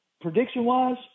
prediction-wise